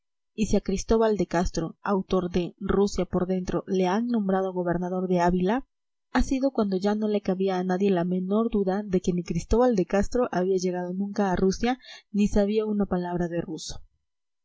y si a cristóbal de castro autor de rusia por dentro le han nombrado gobernador de ávila ha sido cuando ya no le cabía a nadie la menor duda de que ni cristóbal de castro había llegado nunca a rusia ni sabía una palabra de ruso